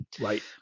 Right